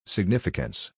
Significance